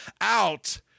out